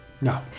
No